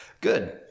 Good